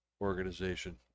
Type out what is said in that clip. organization